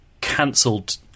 cancelled